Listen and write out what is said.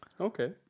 Okay